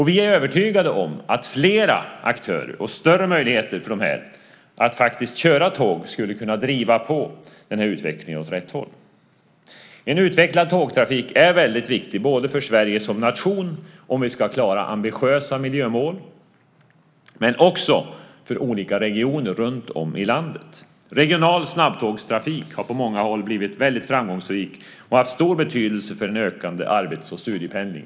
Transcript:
Vi är övertygade om att flera aktörer och större möjligheter för dessa att faktiskt köra tåg skulle kunna driva på denna utveckling åt rätt håll. En utvecklad tågtrafik är väldigt viktig både för Sverige som nation, om vi ska klara ambitiösa miljömål, och för olika regioner runtom i landet. Regional snabbtågstrafik har på många håll blivit mycket framgångsrik och haft stor betydelse för en ökande arbets och studiependling.